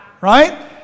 right